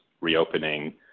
reopening